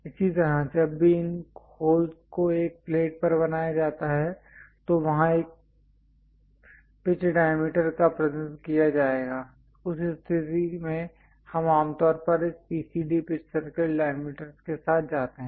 इसी तरह जब भी इन कई होल्स को एक प्लेट पर बनाया जाता है तो वहां एक पिच डायमीटर का प्रतिनिधित्व किया जाएगा उस स्थिति में हम आमतौर पर इस PCD पिच सर्कल डायमीटरस् के साथ जाते हैं